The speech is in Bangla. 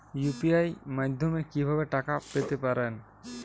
ইউ.পি.আই মাধ্যমে কি ভাবে টাকা পেতে পারেন?